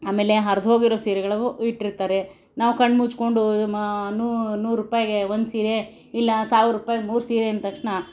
ಆಮೇಲೆ ಹರ್ದು ಹೋಗಿರೋ ಸೀರೆಗಳು ಇಟ್ಟಿರ್ತಾರೆ ನಾವು ಕಣ್ಮುಚ್ಕೊಂಡು ಮ ನೂರು ರೂಪಾಯಿಗೆ ಒಂದು ಸೀರೆ ಇಲ್ಲ ಸಾವಿರ ರೂಪಾಯಿಗೆ ಮೂರು ಸೀರೆ ಅಂದ ತಕ್ಷ್ಣ